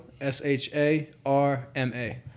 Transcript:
S-H-A-R-M-A